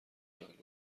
معلومه